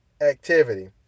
activity